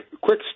quick